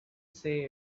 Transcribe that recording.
say